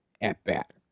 at-bat